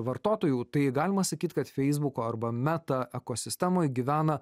vartotojų tai galima sakyt kad feisbuko arba meta ekosistemoj gyvena